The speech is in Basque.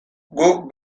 guk